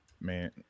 Man